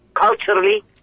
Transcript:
culturally